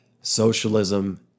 Socialism